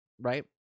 right